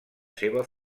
seva